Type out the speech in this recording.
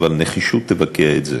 אבל נחישות תבקע את זה.